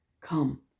Come